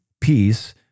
peace